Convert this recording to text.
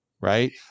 Right